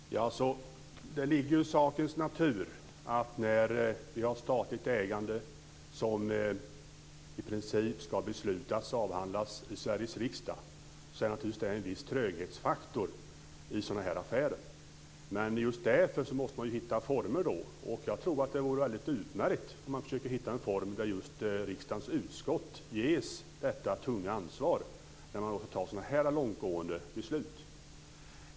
Fru talman! Det ligger i sakens natur att när ett statligt ägande i princip ska beslutas och avhandlas i Sveriges riksdag är det en viss tröghetsfaktor i sådana här affärer. Men just därför måste man hitta former. Och jag tror att det vore utmärkt som man kunde hitta en form där riksdagens utskott ges detta tunga ansvar när man ska fatta så här långtgående beslut.